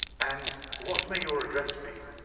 and what may your address be?